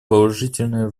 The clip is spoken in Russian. положительное